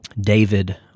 David